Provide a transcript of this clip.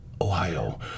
Ohio